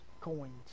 coins